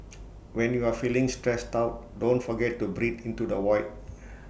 when you are feeling stressed out don't forget to breathe into the void